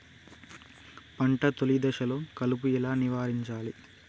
పంట తొలి దశలో కలుపు ఎలా నివారించాలి?